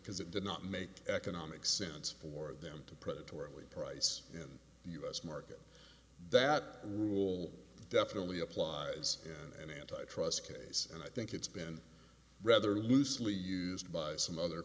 because it did not make economic sense for them to predatory only price in the us market that rule definitely applies in an antitrust case and i think it's been rather loosely used by some other